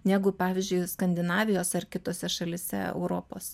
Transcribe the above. negu pavyzdžiui skandinavijos ar kitose šalyse europos